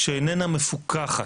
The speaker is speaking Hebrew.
כשהיא איננה מפוקחת,